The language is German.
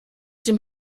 dem